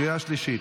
בקריאה שלישית.